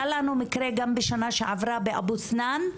היה לנו מקרה בשנה שעברה באבו-סנאן.